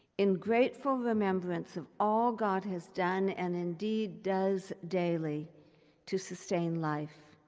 in grateful remembrance of all god has done and indeed does daily to sustain life,